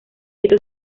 esto